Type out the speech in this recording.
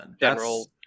general